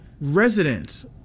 residents